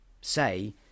say